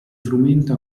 frumento